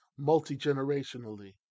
multi-generationally